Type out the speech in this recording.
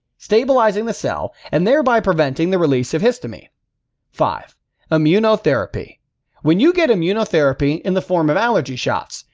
stabilizing the cell and thereby preventing the release of histamine five immunotherapy when you get immunotherapy in the form of allergy shots,